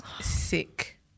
Sick